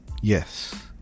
Yes